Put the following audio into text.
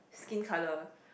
skin colour